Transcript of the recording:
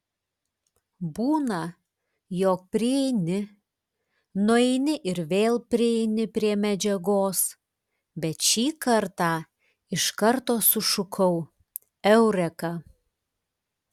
būna jog prieini nueini ir vėl prieini prie medžiagos bet šį kartą iš karto sušukau eureka